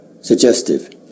suggestive